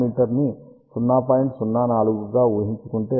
04 గా ఊహించుకుంటే అప్పుడు l 0